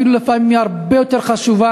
לפעמים הרבה יותר חשוב,